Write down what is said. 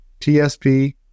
TSP